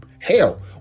Hell